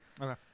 Okay